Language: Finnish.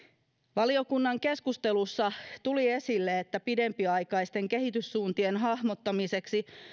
valiokunnan keskustelussa tuli esille että pidempiaikaisten kehityssuuntien hahmottamiseksi